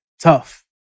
tough